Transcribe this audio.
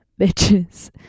bitches